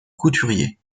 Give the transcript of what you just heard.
couturier